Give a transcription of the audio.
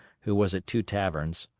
who was at two taverns,